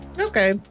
Okay